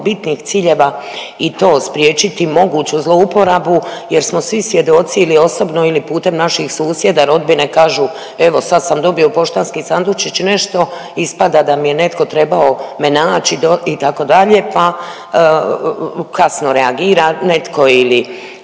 bitnih ciljeva i to spriječiti moguću zlouporabu jer smo svi svjedoci ili osobno ili putem naših susjeda, rodbine kažu, evo sad sam dobio poštanski sandučić nešto ispada da mi je netko trebao me naći itd., pa kasno reagira netko ili